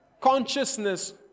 consciousness